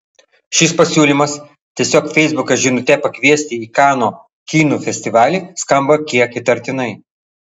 šis pasiūlymas tiesiog feisbuko žinute pakviesti į kanų kino festivalį skamba kiek įtartinai